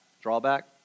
drawback